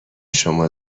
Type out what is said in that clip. شما